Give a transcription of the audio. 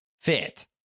fit